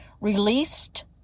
Released